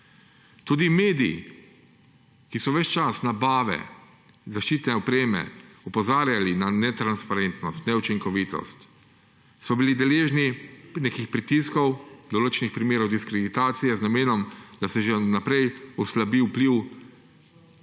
Tudi mediji, ki so ves čas nabave zaščitne opreme opozarjali na netransparentnost, neučinkovitost, so bili deležni nekih pritiskov, določenih primerov diskreditacije z namenom, da se že vnaprej oslabi vpliv,